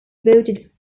devoted